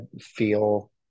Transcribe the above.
feel